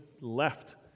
left